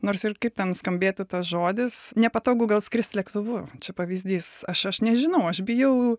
nors ir kaip ten skambėtų tas žodis nepatogu gal skrist lėktuvu čia pavyzdys aš aš nežinau aš bijau